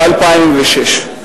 ב-2006.